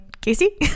Casey